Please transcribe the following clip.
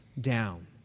down